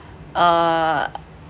err